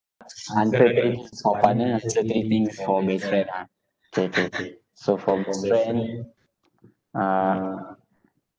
answer three things for partner answer three things for best friend ah K K K so for best friend uh